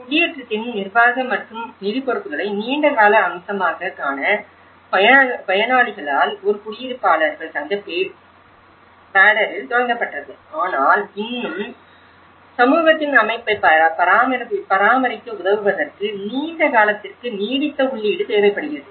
குடியேற்றத்தின் நிர்வாக மற்றும் நிதிப் பொறுப்புகளை நீண்ட காலமாக அம்சமாகக் காண பயனாளிகளால் ஒரு குடியிருப்பாளர்கள் சங்க பேடரில் தொடங்கப்பட்டது ஆனால் இன்னும் சமூகத்தின் அமைப்பை பராமரிக்க உதவுவதற்கு நீண்ட காலத்திற்கு நீடித்த உள்ளீடு தேவைப்படுகிறது